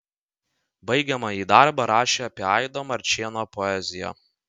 baigiamąjį darbą rašė apie aido marčėno poeziją